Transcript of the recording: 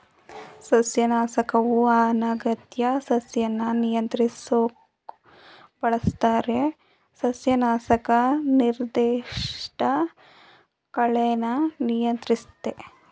ಸಸ್ಯನಾಶಕವು ಅನಗತ್ಯ ಸಸ್ಯನ ನಿಯಂತ್ರಿಸೋಕ್ ಬಳಸ್ತಾರೆ ಸಸ್ಯನಾಶಕ ನಿರ್ದಿಷ್ಟ ಕಳೆನ ನಿಯಂತ್ರಿಸ್ತವೆ